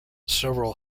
several